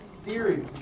Theory